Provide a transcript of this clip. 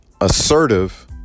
assertive